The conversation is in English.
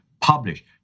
published